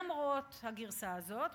למרות הגרסה הזאת,